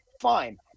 Fine